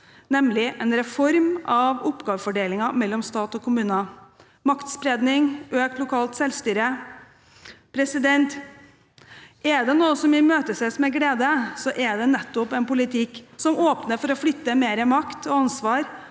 nemlig en reform av oppgavefordelingen mellom stat og kommune, maktspredning og økt lokalt selvstyre. Er det noe som imøteses med glede, er det nettopp en politikk som åpner for å flytte mer makt og ansvar